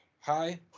hi